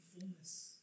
fullness